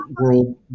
world